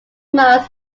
most